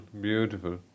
beautiful